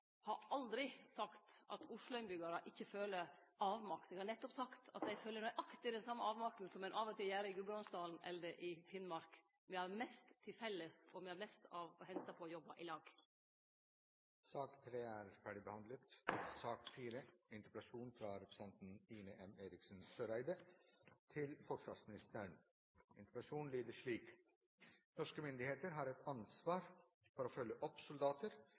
har aldri sagt at Oslo-innbyggjarar ikkje føler avmakt. Eg har nettopp sagt at dei føler nøyaktig den same avmakta som ein av og til gjer i Gudbrandsdalen eller i Finnmark. Me har mest til felles, og me har mest å hente på å jobbe ilag. Dermed er sak nr. 3 ferdigbehandlet. Veteran er